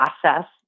process